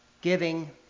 giving